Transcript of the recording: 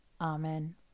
Amen